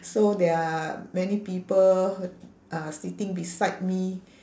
so there are many people uh sitting beside me